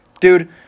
Dude